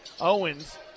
Owens